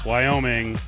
Wyoming